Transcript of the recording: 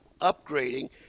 upgrading